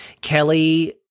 Kelly